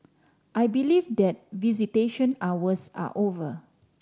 I believe that visitation hours are over